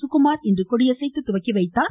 சுகுமார் இன்று கொடியசைத்து துவக்கிவைத்தார்